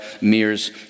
mirrors